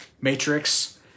Matrix